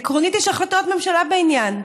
עקרונית, יש החלטת ממשלה בעניין,